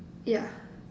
yeah